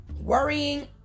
worrying